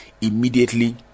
immediately